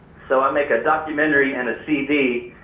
so i make a documentary and a cd.